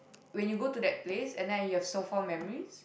when you go to that place and then you have so fond memories